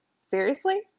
Seriously